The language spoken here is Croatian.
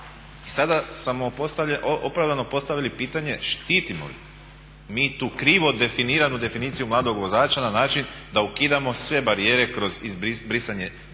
sada se opravdano postavlja čitanje štitimo li mi tu krivo definiranu definiciju mladog vozača na način da ukidamo sve barijere kroz brisanje stavka